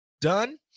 done